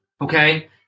okay